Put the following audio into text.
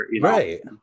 right